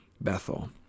Bethel